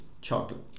chocolate